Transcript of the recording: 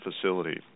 facility